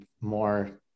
more